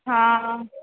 હા